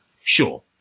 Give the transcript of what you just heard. Sure